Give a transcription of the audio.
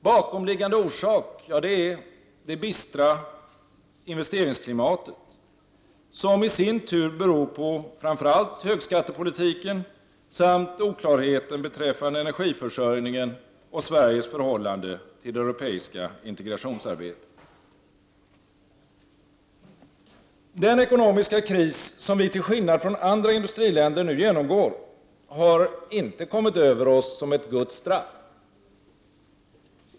Bakomliggande orsak är det bistra investeringsklimatet, som i sin tur beror på framför allt högskattepolitiken samt oklarheten beträffande energiförsörjningen och Sveriges förhållande till det europeiska integrationsarbetet. Den ekonomiska kris som vi till skillnad från andra industriländer nu genomgår har inte kommit över oss som ett Guds straff.